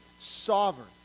sovereign